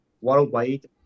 worldwide